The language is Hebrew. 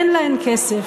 אין להן כסף.